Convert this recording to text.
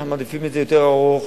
אנחנו מעדיפים את זה יותר ארוך.